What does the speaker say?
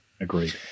agreed